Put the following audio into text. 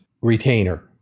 retainer